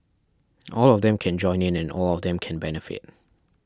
all of them can join in and all of them can benefit